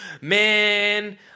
man